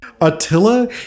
Attila